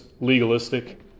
legalistic